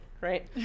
right